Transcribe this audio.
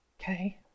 Okay